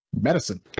medicine